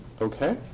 Okay